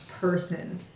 person